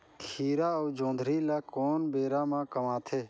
खीरा अउ जोंदरी ल कोन बेरा म कमाथे?